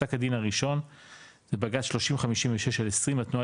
פסק הדין הראשון זה בג"צ 3056/20 התנועה